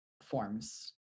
forms